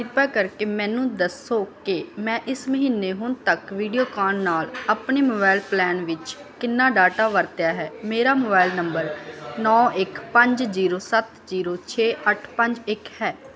ਕ੍ਰਿਪਾ ਕਰਕੇ ਮੈਨੂੰ ਦੱਸੋ ਕਿ ਮੈਂ ਇਸ ਮਹੀਨੇ ਹੁਣ ਤੱਕ ਵੀਡੀਓਕਾਨ ਨਾਲ ਆਪਣੇ ਮੋਬਾਈਲ ਪਲਾਨ ਵਿੱਚ ਕਿੰਨਾ ਡਾਟਾ ਵਰਤਿਆ ਹੈ ਮੇਰਾ ਮੋਬਾਈਲ ਨੰਬਰ ਨੌਂ ਇੱਕ ਪੰਜ ਜ਼ੀਰੋ ਸੱਤ ਜ਼ੀਰੋ ਛੇ ਅੱਠ ਪੰਜ ਇੱਕ ਹੈ